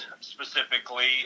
Specifically